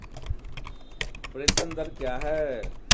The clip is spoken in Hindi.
प्रेषण दर क्या है?